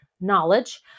knowledge